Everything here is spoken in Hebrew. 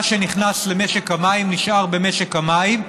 מה שנכנס למשק המים, נשאר במשק המים,